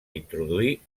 introduir